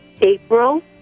April